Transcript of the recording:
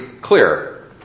clear